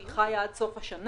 היא חיה עד סוף השנה.